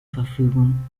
verfügung